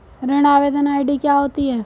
ऋण आवेदन आई.डी क्या होती है?